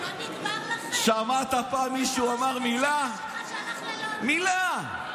לא נגמר לכם, ראש הממשלה שלך שהלך ללונדון.